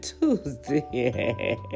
Tuesday